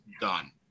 done